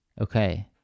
okay